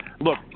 Look